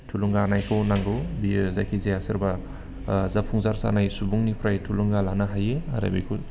थुलुंगानायखौ नांगौ बेयो जायखिजाया सोरबा जाफुंसार जानाय सुबुंनिफ्राय थुलुंगा लानो हायो आरो बेखौ